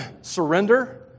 surrender